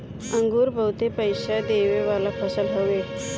अंगूर बहुते पईसा देवे वाला फसल हवे